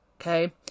Okay